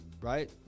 right